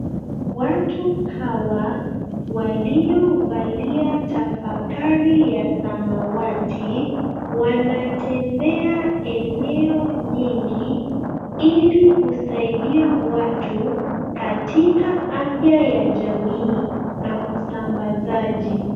Watu hawa waliovalia tafakari ya samawati, wanatembea eneo nyingi, ilikusaidia watu katika afya ya jamii na usambazaji.